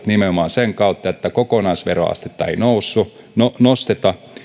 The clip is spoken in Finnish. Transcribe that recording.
nimenomaan sen kautta että kokonaisveroastetta ei nosteta